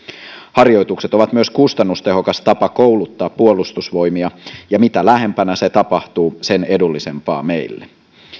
harjoitukset ovat myös kustannustehokas tapa kouluttaa puolustusvoimia ja mitä lähempänä se tapahtuu sen edullisempaa meille